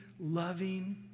loving